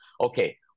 okay